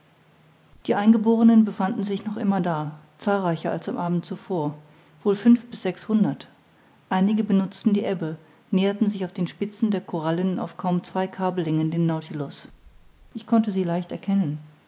die eingeborenen befanden sich noch immer da zahlreicher als am abend zuvor wohl fünf bis sechshundert einige benutzten die ebbe näherten sich auf den spitzen der korallen auf kaum zwei kabellängen dem nautilus ich konnte sie leicht erkennen